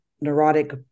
neurotic